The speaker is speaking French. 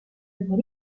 œuvre